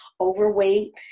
overweight